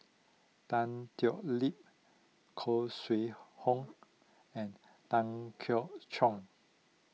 Tan Thoon Lip Khoo Sui Hoe and Tan Keong Choon